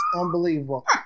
Unbelievable